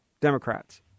Democrats